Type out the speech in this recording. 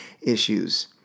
issues